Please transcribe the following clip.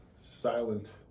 silent